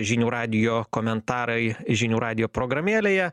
žinių radijo komentarai žinių radijo programėlėje